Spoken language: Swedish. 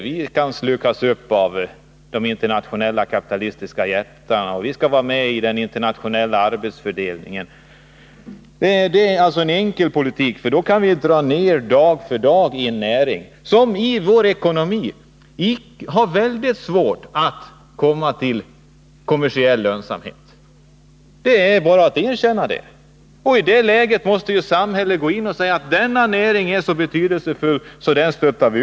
Vi kan slukas upp av de internationella kapitalistiska jättarna, och vi skall vara med i den internationella arbetsfördelningen. Det är en enkel politik, för då kan vi dag för dag dra ned inom en näring, som i vår ekonomi har mycket svårt att bli kommersiellt lönsam. Det är bara att erkänna den saken. I det läget måste ju staten gå in och förklara att näringen är så betydelsefull att den måste stödjas.